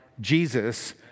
Jesus